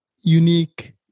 unique